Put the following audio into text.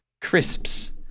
crisps